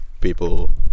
people